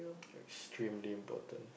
extremely important